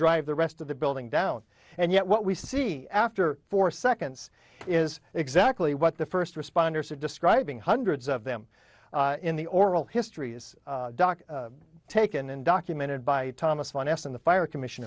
drive the rest of the building down and yet what we see after four seconds is exactly what the first responders are describing hundreds of them in the oral history is taken and documented by thomas von essen the fire commission